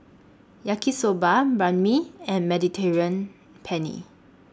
Yaki Soba Banh MI and Mediterranean Penne